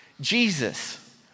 Jesus